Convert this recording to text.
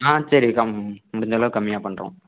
ஆ சரிங்கக்கா முடிஞ்ச அளவுக்கு கம்மியாக பண்ணுறோம்